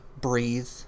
Breathe